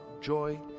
joy